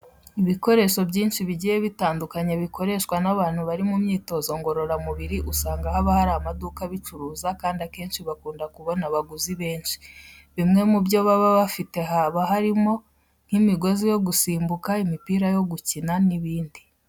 Ibikoresho byinshi bigiye bitandukanye bikoreshwa abantu bari mu myitozo ngororamubiri usanga haba hari amaduka abicuruza kandi akenshi bakunda kubona abaguzi benshi. Bimwe mu byo baba bafite haba harimo nk'imigozi yo gusimbuka, imipira yo gukina n'ibindi.